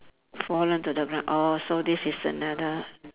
fallen to the ground orh so this is another